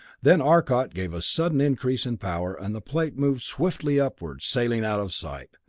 then arcot gave a sudden increase in power, and the plate moved swiftly upward, sailing out of sight.